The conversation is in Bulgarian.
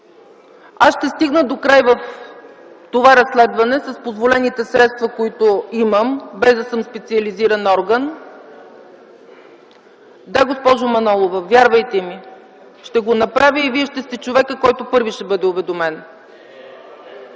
Аз ще стигна докрай в това разследване с позволените средства, които имам, без да съм специализиран орган. Да, госпожо Манолова, вярвайте ми – ще го направя и Вие сте човекът, който първи ще бъде уведомен.